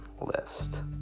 list